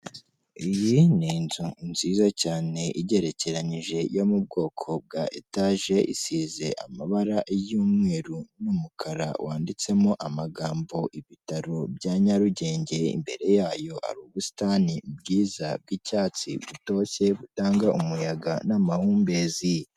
Iyi ni inzu nziza cyane igerekeranyije yo mu bwoko bwa etaje, isize amabara y'umweru n'umukara, wanditsemo amagambo ibitaro bya Nyarugenge, imbere yayo hari ubusitani bwiza bw'icyatsi butoshye, butanga umuyaga n'amahumbezi.